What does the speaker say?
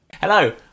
Hello